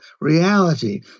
reality